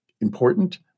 important